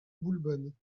boulbonne